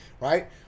right